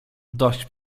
dość